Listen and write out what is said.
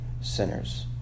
sinners